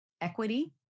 equity